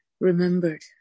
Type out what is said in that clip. remembered